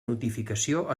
notificació